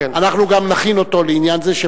אנחנו גם נכין אותו לעניין זה.